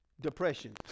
depression